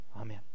Amen